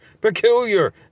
peculiar